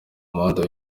muhanda